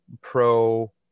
pro